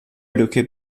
lücke